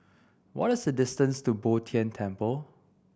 what is the distance to Bo Tien Temple